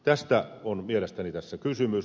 tästä on mielestäni tässä kysymys